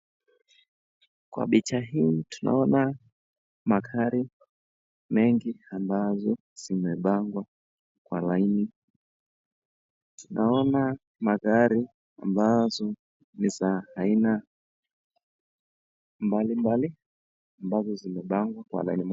Kwa picha hii tunaona magari mengi ambazo zimepangwa kwa laini. Tunaona magari ambazo ni za aina mbalimbali ambazo zimepangwa kwa laini moja.